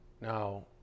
now